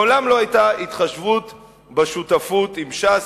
מעולם לא היתה התחשבות בשותפות עם ש"ס.